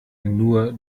nur